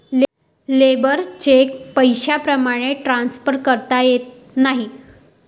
labour cheque पैशाप्रमाणे transfer करता येत नाही